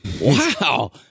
Wow